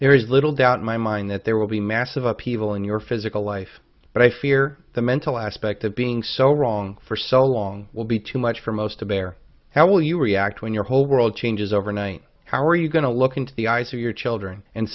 there is little doubt in my mind that there will be massive upheaval in your physical life but i fear the mental aspect of being so wrong for so long will be too much for most to bear how will you react when your whole world changes overnight how are you going to look into the eyes of your children and